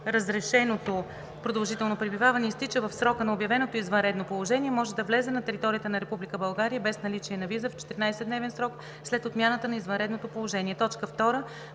разрешеното продължително пребиваване изтича в срока на обявено извънредно положение, може да влезе на територията на Република България без наличие на виза в 14-дневен срок след отмяната на извънредното положение.“